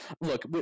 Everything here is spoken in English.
look